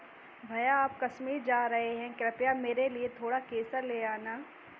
भैया आप कश्मीर जा रहे हैं कृपया मेरे लिए थोड़ा केसर ले आना